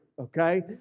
okay